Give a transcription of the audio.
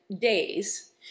days